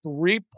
three